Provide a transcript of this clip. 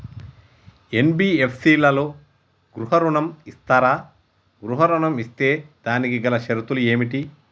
NBFC లలో గృహ ఋణం ఇస్తరా? గృహ ఋణం ఇస్తే దానికి గల షరతులు ఏమిటి?